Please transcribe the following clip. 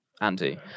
Andy